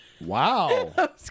Wow